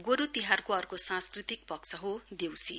गोरु तिहारको अर्को सांस्कृतिक पक्ष हो देउसी